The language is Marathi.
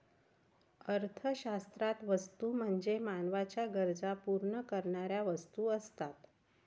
अर्थशास्त्रात वस्तू म्हणजे मानवाच्या गरजा पूर्ण करणाऱ्या वस्तू असतात